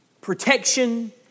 protection